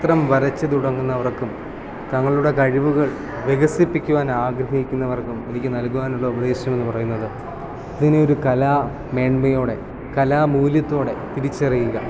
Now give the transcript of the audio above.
ചിത്രം വരച്ച് തുടങ്ങുന്നവർക്കും തങ്ങളുടെ കഴിവുകൾ വികസിപ്പിക്കുവാൻ ആഗ്രഹിക്കുന്നവർക്കും എനിക്ക് നൽകുവാനുള്ള ഉപദേശം എന്ന് പറയുന്നത് ഇതിനെ ഒരു കലാ മേന്മയോടെ കലാ മൂല്യത്തോടെ തിരിച്ചറിയുക